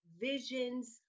visions